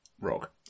Rock